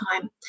time